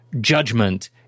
judgment